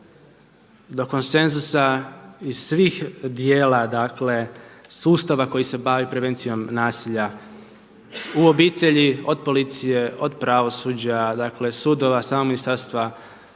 do konsenzusa iz svih djela sustava koji se bavi prevencijom nasilja u obitelji od policije, od pravosuđa, dakle sudova, samo Ministarstvo